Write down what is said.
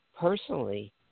personally